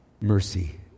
mercy